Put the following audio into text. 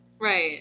Right